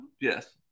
Yes